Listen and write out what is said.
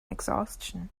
exhaustion